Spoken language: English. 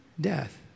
death